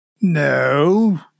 No